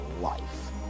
life